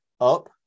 up